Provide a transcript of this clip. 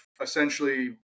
essentially